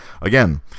again